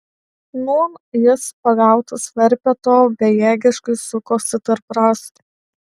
nūn jis pagautas verpeto bejėgiškai sukosi tarp rąstų